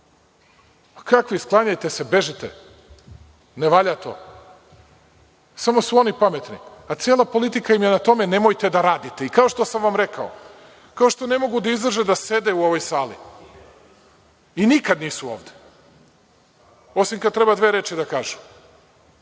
kakvi, sklanjajte se, bežite, ne valja to. Samo su oni pametni, a cela politika im je na tome – nemojte da radite. Kao što sam vam rekao, kao što ne mogu da izdrže da sede u ovoj sali i nikad nisu ovde, osim kada treba dve reči da kažu.